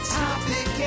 topic